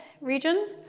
region